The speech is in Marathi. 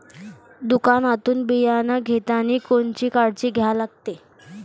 दुकानातून बियानं घेतानी कोनची काळजी घ्या लागते?